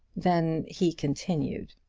then he continued,